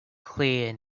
clear